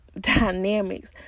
dynamics